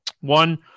one